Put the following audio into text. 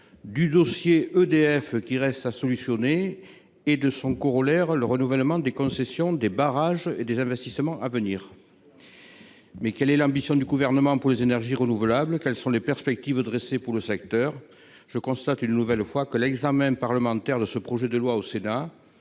du dossier EDF qui reste à solutionner et de son corollaire, le renouvellement des concessions des barrages et des investissements à venir, mais quelle est l'ambition du gouvernement pour les énergies renouvelables, quelles sont les perspectives dressées pour le secteur, je constate une nouvelle fois que l'examen parlementaire de ce projet de loi au Sénat